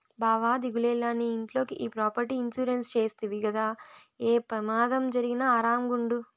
బావా దిగులేల, నీ ఇంట్లోకి ఈ ప్రాపర్టీ ఇన్సూరెన్స్ చేస్తవి గదా, ఏ పెమాదం జరిగినా ఆరామ్ గుండు